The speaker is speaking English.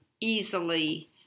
easily